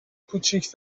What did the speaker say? کوچیک